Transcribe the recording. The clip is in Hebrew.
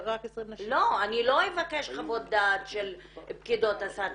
לא, אני לא אבקש חוות דעת של פקידות הסעד.